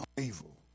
evil